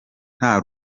nta